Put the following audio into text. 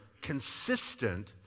consistent